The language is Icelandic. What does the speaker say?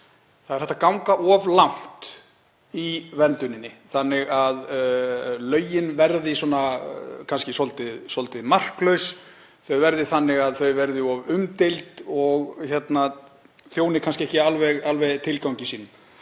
það er hægt að ganga of langt í vernduninni þannig að lögin verði kannski svolítið marklaus, þau verði þannig að þau verði of umdeild og þjóni kannski ekki alveg tilgangi sínum.